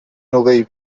novell